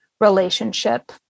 relationship